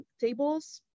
tables